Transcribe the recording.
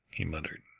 he muttered.